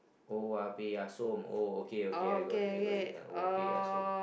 oh-ah-beh-ya-som oh okay okay I got it I got it oh-ah-beh-ya-som